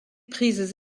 prises